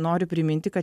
noriu priminti kad